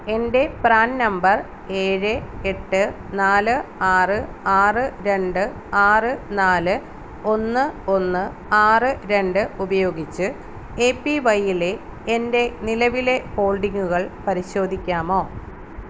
എൻ്റെ PRAN number ഏഴ് എട്ട് നാല് ആറ് ആറ് രണ്ട് ആറ് നാല് ഒന്ന് ഒന്ന് ആറ് രണ്ട് ഉപയോഗിച്ച് എ പി വൈയിലെ എൻ്റെ നിലവിലെ ഹോൾഡിംഗുകൾ പരിശോധിക്കാമോ